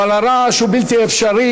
אבל הרעש הוא בלתי אפשרי,